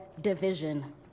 division